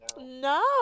No